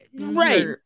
right